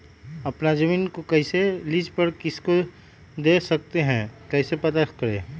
अपना जमीन को कैसे लीज पर किसी को दे सकते है कैसे पता करें?